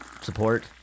support